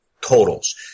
totals